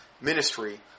ministry